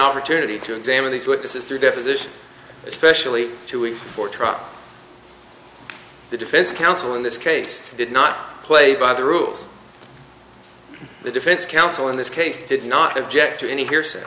opportunity to examine these witnesses through to physicians especially two weeks before trial the defense counsel in this case did not play by the rules the defense counsel in this case did not object to any he